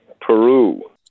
Peru